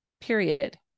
Period